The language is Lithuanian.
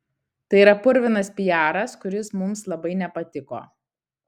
tai yra purvinas piaras kuris mums labai nepatiko